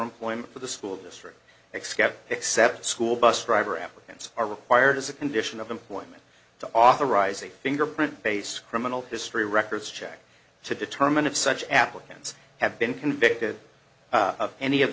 employment for the school district excuse except school bus driver applicants are required as a condition of employment to authorize a fingerprint based criminal history records check to determine if such applicants have been convicted of any of